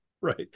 Right